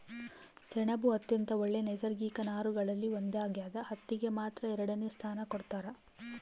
ಸೆಣಬು ಅತ್ಯಂತ ಒಳ್ಳೆ ನೈಸರ್ಗಿಕ ನಾರುಗಳಲ್ಲಿ ಒಂದಾಗ್ಯದ ಹತ್ತಿಗೆ ಮಾತ್ರ ಎರಡನೆ ಸ್ಥಾನ ಕೊಡ್ತಾರ